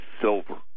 silver